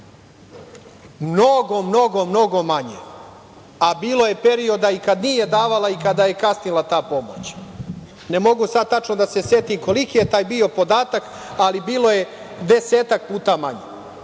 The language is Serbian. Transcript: Mnogo, mnogo, mnogo manje, a bilo je perioda i kada nije davala i kada je kasnila ta pomoć. Ne mogu sad tačno da setim koliki je taj bio podatak, ali bilo je desetak puta manje.